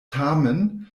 tamen